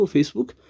Facebook